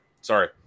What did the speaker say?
Sorry